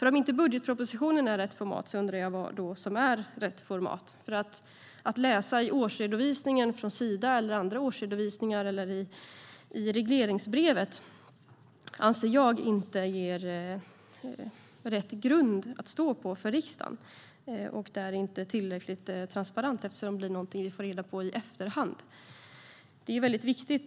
Om inte budgetpropositionen är rätt format undrar jag vad som då är rätt format. Att läsa i årsredovisningen från Sida, andra årsredovisningar eller regleringsbrevet anser jag inte ger rätt grund att stå på för riksdagen. Det är inte tillräckligt transparent, eftersom det blir någonting vi får reda på i efterhand.